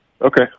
Okay